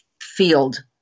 field